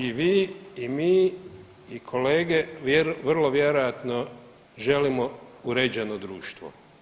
I vi i mi i kolege vrlo vjerojatno želimo uređeno društvo.